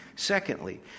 Secondly